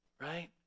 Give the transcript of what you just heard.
right